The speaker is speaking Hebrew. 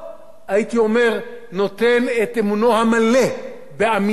נותן את אמונו המלא באמינות המסר התקשורתי,